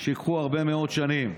שייקחו הרבה מאוד שנים.